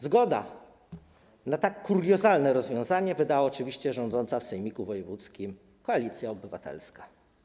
Zgodę na tak kuriozalne rozwiązanie wydała oczywiście rządząca w sejmiku wojewódzkim Koalicja Obywatelska.